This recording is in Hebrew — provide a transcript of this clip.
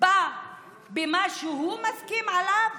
במה שהוא מסכים לו?